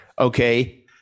okay